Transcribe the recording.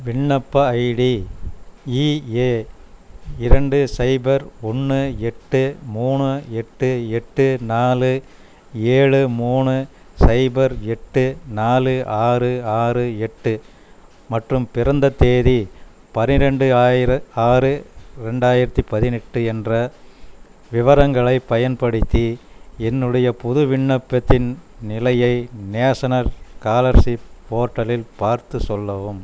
விண்ணப்ப ID E A இரண்டு சைபர் ஒன்று எட்டு மூணு எட்டு எட்டு நாலு ஏழு மூணு சைபர் எட்டு நாலு ஆறு ஆறு எட்டு மற்றும் பிறந்த தேதி பன்னிரெண்டு ஆறு ரெண்டாயிரத்தி பதினெட்டு என்ற விவரங்களைப் பயன்படுத்தி என்னுடைய புது விண்ணப்பத்தின் நிலையை நேஷனல் ஸ்காலர்ஷிப் போர்ட்டலில் பார்த்துச் சொல்லவும்